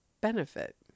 benefit